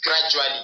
gradually